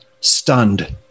stunned